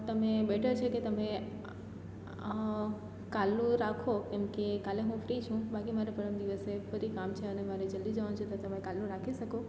તમે બેટર છે કે તમે કાલનું રાખો કેમ કે કાલે હું ફ્રી છું બાકી મારે પરમ દિવસે ફરી કામ છે અને મારે જલ્દી જવાનું છે તો તમે કાલનું રાખી શકો